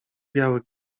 biały